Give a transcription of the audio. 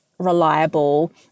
Reliable